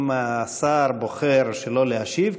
אם השר בוחר שלא להשיב,